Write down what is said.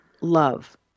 love